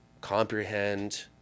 comprehend